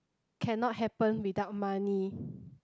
cannot happen without money